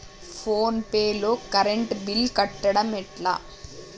Phone pay లో current bill కట్టడం ఎట్లా?